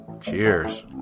Cheers